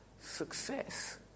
Success